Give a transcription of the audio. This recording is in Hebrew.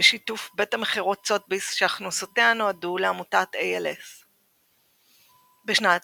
בשיתוף בית המכירות סותבי'ס שהכנסותיה נועדו לעמותת A.L.S. בשנת